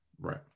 right